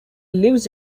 lives